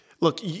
look